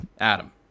Adam